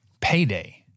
Payday